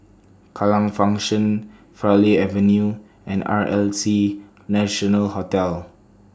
Kallang Function Farleigh Avenue and R L C National Hotel